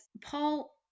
Paul